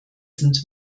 sind